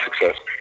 success